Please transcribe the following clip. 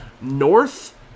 North